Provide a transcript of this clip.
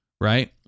right